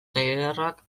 tailerrak